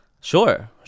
sure